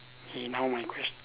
okay now my question